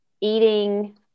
eating